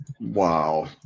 Wow